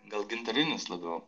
gal gintarinis labiau